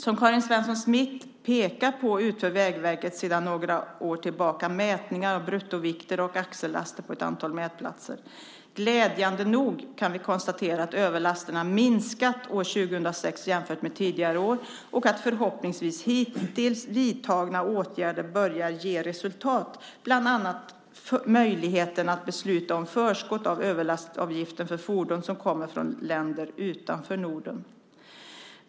Som Karin Svensson Smith pekar på utför Vägverket sedan några år tillbaka mätningar av bruttovikter och axellaster på ett antal mätplatser. Glädjande nog kan vi konstatera att överlasterna minskat år 2006 jämfört med tidigare år och att förhoppningsvis hittills vidtagna åtgärder börjar ge resultat, bland annat möjligheten att besluta om förskott av överlastavgiften för fordon som kommer från länder utanför Norden.